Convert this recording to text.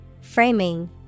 Framing